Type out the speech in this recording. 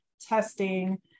testing